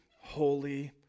holy